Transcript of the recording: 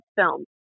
film